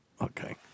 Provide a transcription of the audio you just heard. Okay